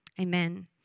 amen